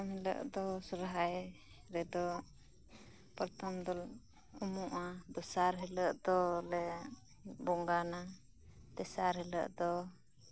ᱯᱨᱚᱛᱷᱚᱢ ᱦᱤᱞᱳᱜ ᱫᱚ ᱥᱚᱦᱚᱨᱟᱭ ᱨᱮᱫᱚ ᱯᱨᱚᱛᱷᱚᱢ ᱫᱚ ᱩᱢᱩᱜᱼᱟ ᱫᱚᱥᱟᱨ ᱦᱤᱞᱳᱜ ᱫᱚᱞᱮ ᱵᱚᱸᱜᱟᱱᱟ ᱛᱮᱥᱟᱨ ᱦᱤᱞᱳᱜ ᱫᱚ